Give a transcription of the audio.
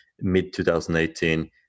mid-2018